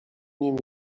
nim